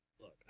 look